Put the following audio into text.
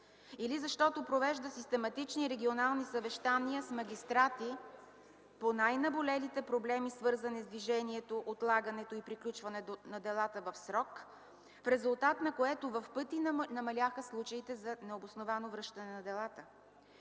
Или защото провежда систематични регионални съвещания с магистрати по най-наболелите проблеми, свързани с движението, отлагането и приключването на делата в срок, в резултат на което в пъти намаляха случаите за необосновано връщане на делата?